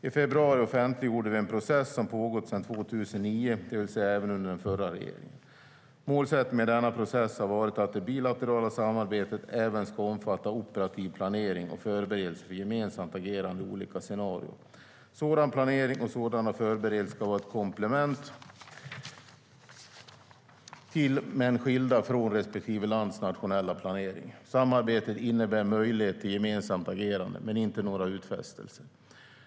I februari offentliggjorde vi en process som pågått sedan 2009, det vill säga även under den förra regeringen. Målsättningen med denna process har varit att det bilaterala samarbetet även ska omfatta operativ planering och förberedelser för gemensamt agerande i olika scenarier. Sådan planering och sådana förberedelser ska vara komplement till, men skilda från, respektive lands nationella planering. Samarbetet innebär en möjlighet till gemensamt agerande, men inte några utfästelser.